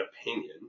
opinion